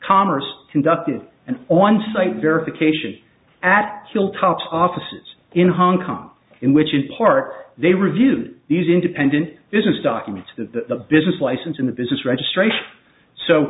commerce conducted and on site verification at hilltops offices in hong come in which in part they review these independent business documents the business license in the business registration so